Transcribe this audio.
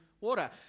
water